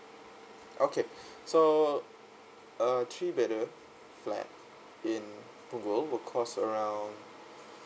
okay so a three bedder flat in punggol will cost around